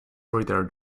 reader